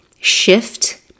shift